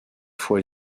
foi